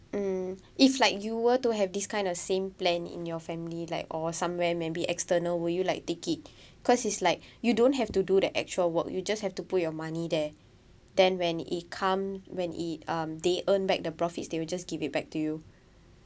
mm if like you were to have this kind of same plan in your family like or somewhere maybe external were you like take it cause it's like you don't have to do the actual work you just have to put your money there then when it come when it um they earn back the profits they will just give it back to you